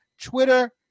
Twitter